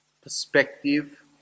Perspective